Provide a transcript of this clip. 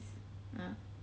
ah